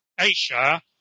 Asia